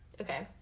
Okay